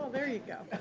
there you go.